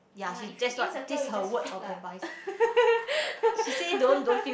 uh if you insecure you just flip lah